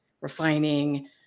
refining